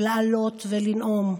להעלות ולנאום.